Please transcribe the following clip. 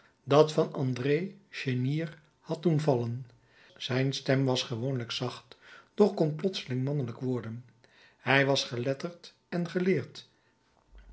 dat van andré chénier had doen vallen zijn stem was gewoonlijk zacht doch kon plotseling mannelijk worden hij was geletterd en geleerd